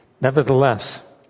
Nevertheless